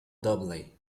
doubly